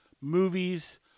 movies